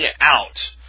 out